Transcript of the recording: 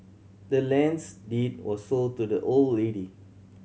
the land's deed was sold to the old lady